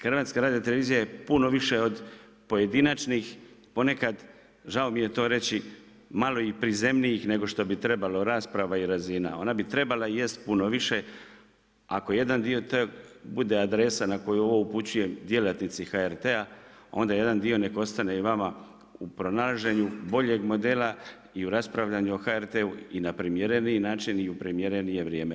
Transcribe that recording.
Hrvatska radiotelevizija je puno više od pojedinačnih ponekad žao mi je to reći, malo i prizemnijih nego što bi trebalo rasprava i razina, ona bi trebala i jest puno više, ako jedan dio tog bude adresa na koju ovo upućujem djelatnici HRT-a onda jedan dio neka ostane i vama u pronalaženju boljeg modela i u raspravljaju o HRT-u i na primjereniji način i u primjerenije vrijeme.